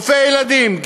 רופאי ילדים,